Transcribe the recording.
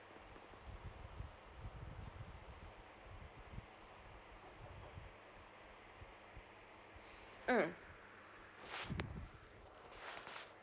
mm